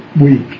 week